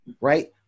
right